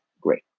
Great